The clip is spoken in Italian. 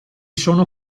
sono